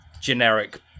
Generic